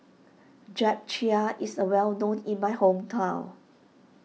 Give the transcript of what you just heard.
Japchae is a well known in my hometown